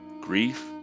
grief